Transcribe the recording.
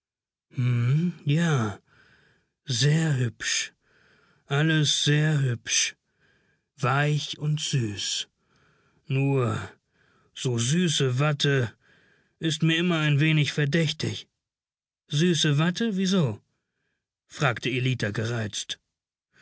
ja sehr hübsch alles sehr hübsch weich und süß nur so süße watte ist mir immer ein wenig verdächtig süße watte wieso fragte ellita gereizt